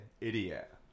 idiot